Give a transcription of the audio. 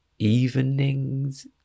Evening's